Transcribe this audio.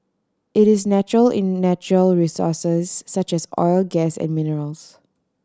it is natural in natural resources such as oil gas and minerals